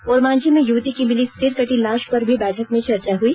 ओरमांझी में युवती की मिली सिर कटी लाश पर भी बैठक में चर्चा हुई